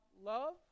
love